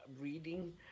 reading